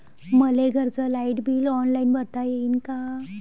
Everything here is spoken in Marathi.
मले घरचं लाईट बिल ऑनलाईन भरता येईन का?